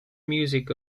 music